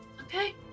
Okay